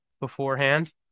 beforehand